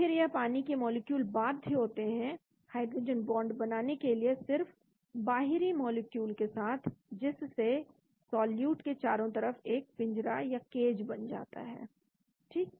फिर यह पानी के मॉलिक्यूल बाध्य होते हैं हाइड्रोजन बांड बनाने के लिए सिर्फ बाहरी मॉलिक्यूल के साथ जिससे सॉल्यूट के चारों तरफ एक पिंजरा या केज बन जाता है ठीक